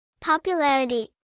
Popularity